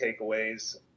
takeaways